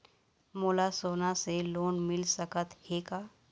मोला सोना से लोन मिल सकत हे का?